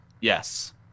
Yes